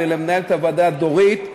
למנהלת הוועדה דורית,